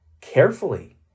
carefully